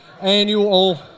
annual